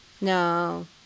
No